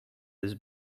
this